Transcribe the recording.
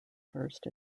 first